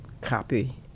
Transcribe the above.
copy